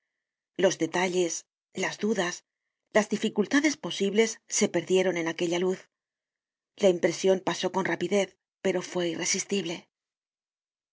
los detalles las dudas las dificultades posibles se perdieron en aquella luz la impresion pasó con rapidez pero fue irresistible